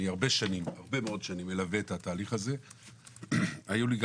אני הרבה מאוד שנים מלווה את התהליך הזה והיו לי גם